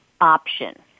option